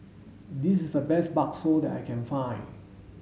this is the best Bakso that I can find